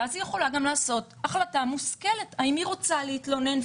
ואז היא יכולה גם לעשות החלטה מושכלת האם היא רוצה להתלונן,